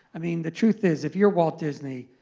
i mean the truth is if you're walt disney,